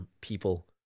people